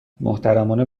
محترمانه